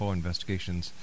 investigations